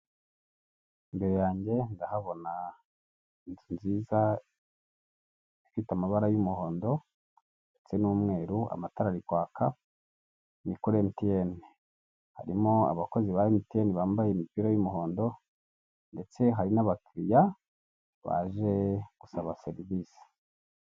Imbere yanjye ndahabona inzu nziza ifite amabara y'umuhondo ndetse n'umweru, amatara ari kwaka ni kuri emutiyene, harimo abakozi ba emutiyene bambaye imipira y'umuhondo ndetse hari n'abakiriya baje gusaba serivisi.